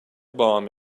bomb